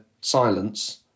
silence